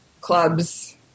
clubs